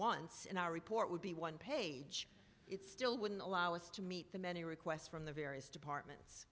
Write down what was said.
once in our report would be one page it still wouldn't allow us to meet the many requests from the various departments